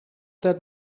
that